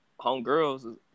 homegirls